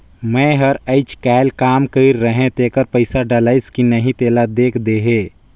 मै हर अईचकायल काम कइर रहें तेकर पइसा डलाईस कि नहीं तेला देख देहे?